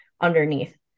underneath